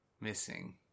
missing